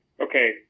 okay